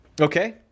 okay